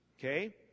Okay